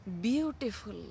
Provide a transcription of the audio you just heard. beautiful